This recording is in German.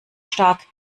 stark